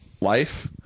life